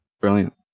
Brilliant